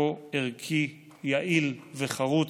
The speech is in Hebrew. כה ערכי, יעיל וחרוץ,